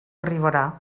arribarà